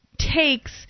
takes